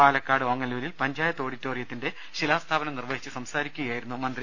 പാലക്കാട് ഓങ്ങല്ലൂരിൽ പഞ്ചായത്ത് ഓഡിറ്റോറിയത്തിന്റെ ശി ലാസ്ഥാപനം നിർവഹിച്ച് സംസാരിക്കുകയായിരുന്നു ഗ്രമന്ത്രി